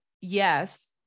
yes